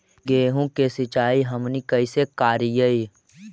गेहूं के सिंचाई हमनि कैसे कारियय?